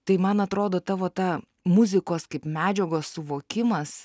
tai man atrodo tavo ta muzikos kaip medžiagos suvokimas